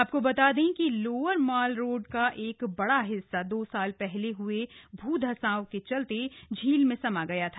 आपको बता दें कि लोअर माल रोड का एक बड़ा हिस्सा दो साल पहले हुए भू धसांव के चलते झील में समा गया था